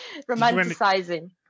Romanticizing